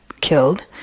killed